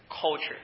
culture